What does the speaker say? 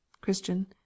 Christian